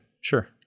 Sure